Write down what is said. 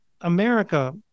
america